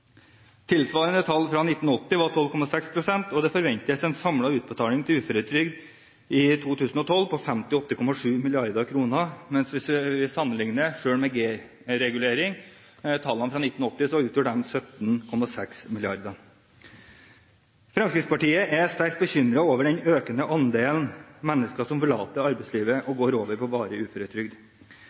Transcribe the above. Tilsvarende tall fra 1980 var 12,6 pst., og det forventes en samlet utbetaling til uføretrygd i 2012 på 58,7 mrd. kr, mens hvis vi sammenligner – selv med G-regulering – tallene fra 1980, utgjør de 17,6 mrd. kr. Fremskrittspartiet er sterkt bekymret for den økende andelen mennesker som forlater arbeidslivet og går over på varig uføretrygd.